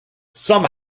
some